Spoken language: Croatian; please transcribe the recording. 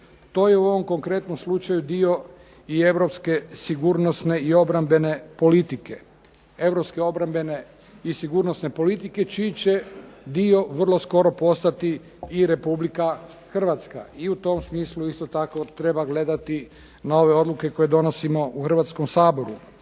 To je u ovom konkretnom slučaju dio i europske sigurnosne i obrambene politike čiji će dio vrlo skoro postati i Republika Hrvatska. I u tom smislu isto tako treba gledati na ove odluke koje donosimo u Hrvatskom saboru.